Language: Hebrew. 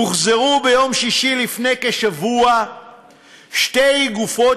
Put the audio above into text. הוחזרו ביום שישי לפני כשבוע שתי גופות